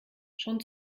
schon